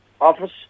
office